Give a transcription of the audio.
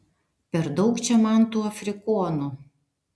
per daug čia man tų afrikonų